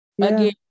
again